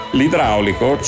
L'idraulico